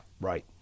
right